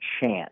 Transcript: chance